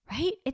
right